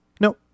no